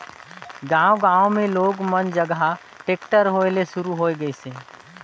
गांव गांव मे लोग मन जघा टेक्टर होय ले सुरू होये गइसे